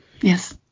Yes